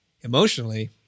Emotionally